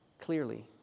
clearly